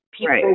People